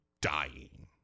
dying